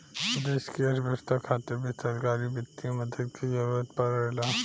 देश की अर्थव्यवस्था खातिर भी सरकारी वित्तीय मदद के जरूरत परेला